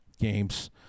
games